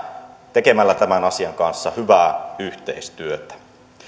tekemällä tämän asian kanssa hyvää yhteistyötä